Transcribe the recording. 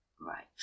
Right